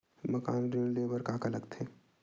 मकान ऋण ले बर का का लगथे?